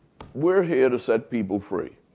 we're here to set people free.